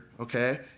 Okay